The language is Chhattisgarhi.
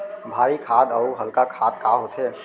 भारी खाद अऊ हल्का खाद का होथे?